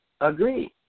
Agreed